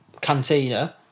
Cantina